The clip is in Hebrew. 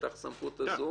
הסמכות הזו,